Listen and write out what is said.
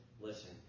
listen